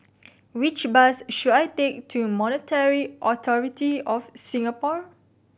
which bus should I take to Monetary Authority Of Singapore